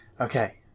Okay